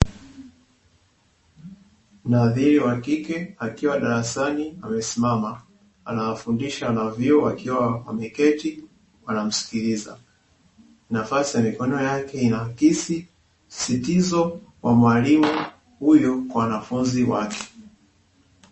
Mhadhiri wa kike akiwa darasani amesimama anawafundisha wanavyo wakiwa wameketi wanamsikiliza nafasi ya mikono yake inaagiza msisitizo wa mwalimu huyo kwa wanafunzi wake.